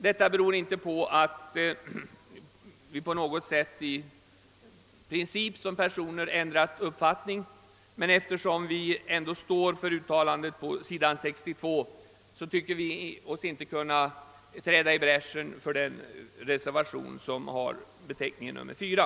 Detta beror inte på att vi i princip ändrat uppfattning, men eftersom vi ändock står bakom uttalandet på s. 62 tycker vi oss inte kunna gå 1 bräschen även för reservationen nr 4.